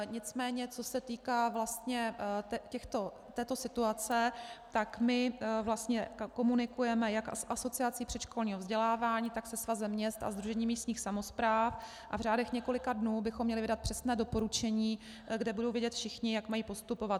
Nicméně co se týká vlastně této situace, komunikujeme jak s Asociací předškolního vzdělávání, tak se Svazem měst a Sdružením místních samospráv a v řádech několika dnů bychom měli vydat přesné doporučení, kde budou vědět všichni, jak mají postupovat.